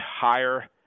higher